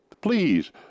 Please